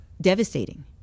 devastating